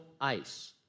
ice